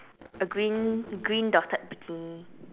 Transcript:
a green green dotted bikini